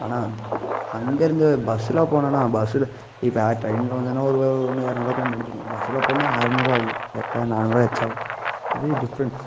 ஆனால் அங்கேருந்து பஸ்ஸில் போனோன்னால் பஸ்ஸில் இப்போ டிரெயினில் வந்தோன்னால் ஒரு ஒன்று இரநூறுவாக்குள்ள முடிஞ்சுரும் பஸ்ஸில் போனால் அறநூறுரூவா ஆகும் எப்போ நானூறுரூவா எச்சாவும் இது டிஃப்ரெண்ட்ஸ்